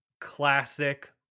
classic